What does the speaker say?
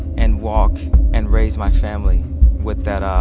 and walk and raise my family with that